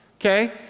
okay